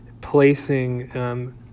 placing